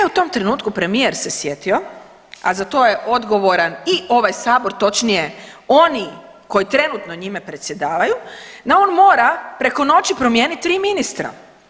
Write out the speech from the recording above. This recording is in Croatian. E, u tom trenutku premijer se sjetio, a za to je odgovoran i ovaj sabor točnije oni koji trenutno njime predsjedavaju, da on mora preko noći mora promijeniti 3 ministra.